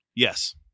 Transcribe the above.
Yes